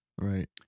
right